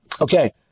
Okay